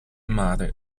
mare